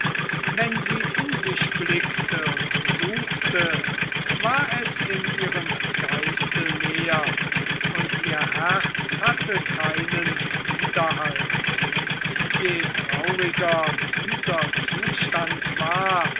wenn sie in sich blickte und suchte war es in ihrem geiste leer und ihr herz hatte keinen widerhalt je trauriger dieser zustand war